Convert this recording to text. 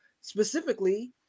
specifically